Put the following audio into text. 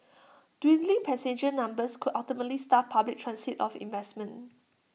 dwindling passenger numbers could ultimately starve public transit of investment